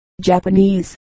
Japanese